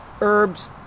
herbs